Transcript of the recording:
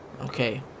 Okay